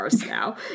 now